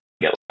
get